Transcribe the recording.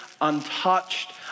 untouched